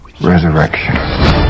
Resurrection